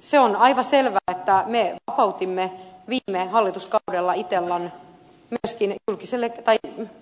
se on aivan selvää että me vapautimme viime hallituskaudella itellan myöskin